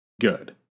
good